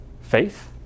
Faith